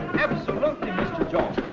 absolutely, mr. jones.